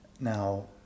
Now